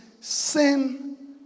sin